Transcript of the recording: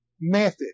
method